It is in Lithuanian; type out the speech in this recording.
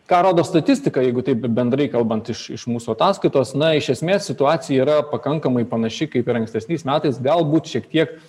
ką rodo statistika jeigu taip bendrai kalbant iš iš mūsų ataskaitos na iš esmės situacija yra pakankamai panaši kaip ir ankstesniais metais galbūt šiek tiek